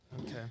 okay